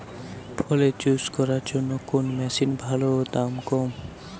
ফলের জুস করার জন্য কোন মেশিন ভালো ও দাম কম?